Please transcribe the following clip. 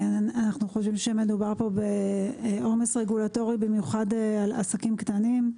אנחנו חושבים שמדובר פה על עומס רגולטורי במיוחד על עסקים קטנים,